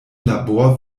labor